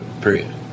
period